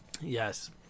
yes